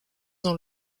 dans